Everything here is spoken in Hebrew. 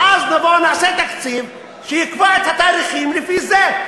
ואז נבוא, נעשה תקציב שיקבע את התאריכים לפי זה.